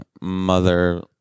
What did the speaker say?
mother